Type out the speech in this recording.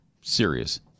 serious